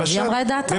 אז היא אמרה את דעתה.